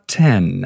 ten